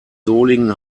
solingen